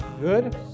Good